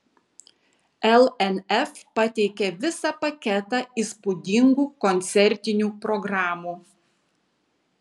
lnf pateikė visą paketą įspūdingų koncertinių programų